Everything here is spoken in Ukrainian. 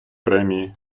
премії